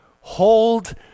hold